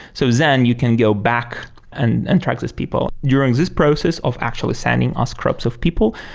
so then you can go back and and track these people. during this process of actually sending us crops of people,